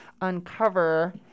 uncover